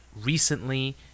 recently